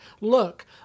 Look